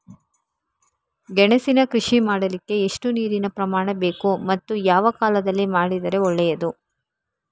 ಗೆಣಸಿನ ಕೃಷಿ ಮಾಡಲಿಕ್ಕೆ ಎಷ್ಟು ನೀರಿನ ಪ್ರಮಾಣ ಬೇಕು ಮತ್ತು ಯಾವ ಕಾಲದಲ್ಲಿ ಮಾಡಿದರೆ ಒಳ್ಳೆಯದು?